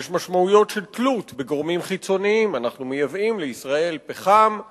יש משמעויות של תלות בגורמים חיצוניים: אנחנו מייבאים לישראל פחם,